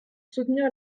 soutenir